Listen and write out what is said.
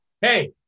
hey